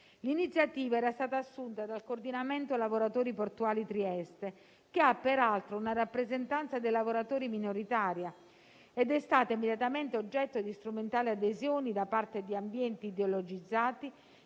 L'iniziativa era stata assunta dal coordinamento lavoratori portuali Trieste che ha, peraltro, una rappresentanza dei lavoratori minoritaria ed è stata immediatamente oggetto di strumentali adesioni da parte di ambienti ideologizzati,